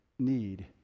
need